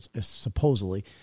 supposedly